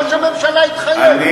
ראש הממשלה התחייב.